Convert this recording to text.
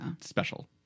special